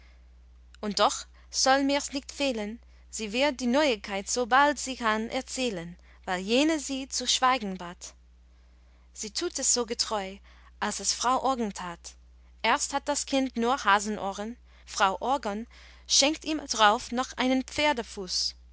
und doch soll mirs nicht fehlen sie wird die neuigkeit sobald sie kann erzählen weil jene sie zu schweigen bat sie tut es so getreu als es frau orgon tat erst hat das kind nur hasenohren frau orgon schenkt ihm drauf noch einen pferdefuß